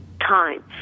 time